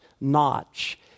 notch